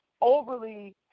overly